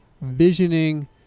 visioning